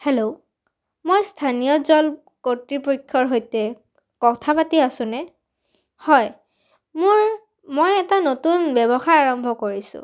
hello মই স্থানীয় জল কৰ্তৃপক্ষৰ সৈতে কথা পাতি আছোনে হয় মোৰ মই এটা নতুন ব্যৱসায় আৰম্ভ কৰিছোঁ